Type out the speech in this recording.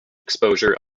exposure